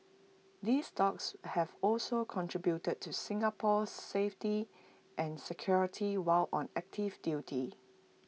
these dogs have also contributed to Singapore's safety and security while on active duty